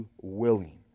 willing